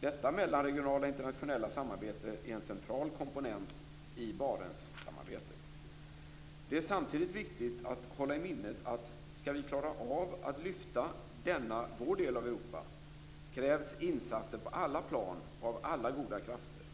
Detta mellanregionala internationella samarbete är en central komponent i Barentssamarbetet. Det är samtidigt viktigt att hålla i minnet att skall vi klara av att lyfta denna vår del av Europa krävs insatser på alla plan och av alla goda krafter.